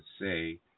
say